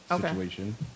situation